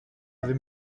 avez